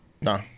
nah